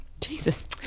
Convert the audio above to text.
Jesus